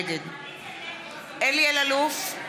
נגד אלי אלאלוף,